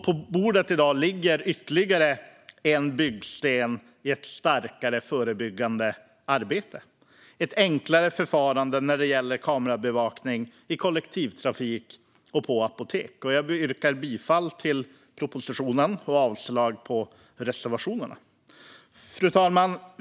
På bordet ligger i dag ytterligare en byggsten i ett starkare förbyggande arbete: ett enklare förfarande när det gäller kamerabevakning i kollektivtrafik och på apotek. Jag yrkar bifall till propositionen och avslag på reservationerna. Fru talman!